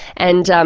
and um